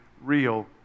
real